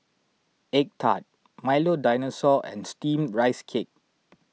Egg Tart Milo Dinosaur and Steamed Rice Cake